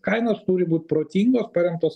kainos turi būt protingos paremtos